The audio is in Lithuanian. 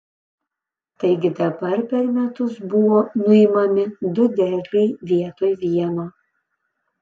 taigi dabar per metus buvo nuimami du derliai vietoj vieno